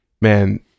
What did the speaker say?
man